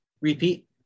repeat